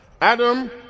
adam